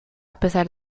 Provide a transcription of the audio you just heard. pesar